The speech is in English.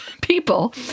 people